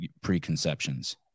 preconceptions